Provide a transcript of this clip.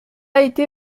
été